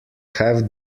have